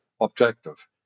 objective